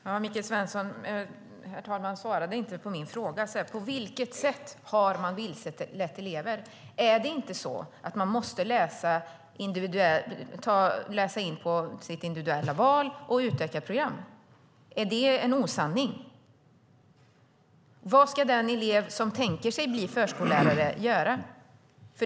Herr talman! Michael Svensson svarade inte på min fråga: På vilket sätt har man vilselett elever? Är det inte så att eleven måste läsa in på sitt individuella val och utökat program? Är det en osanning? Vad ska den elev som tänkte bli förskollärare göra?